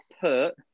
put